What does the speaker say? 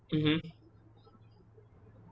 mmhmm